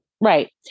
Right